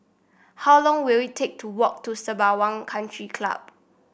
how long will it take to walk to Sembawang Country Club